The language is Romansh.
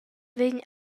vegn